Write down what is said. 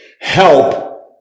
help